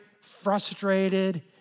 frustrated